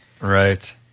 Right